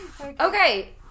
Okay